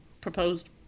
proposed